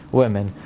women